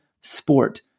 sport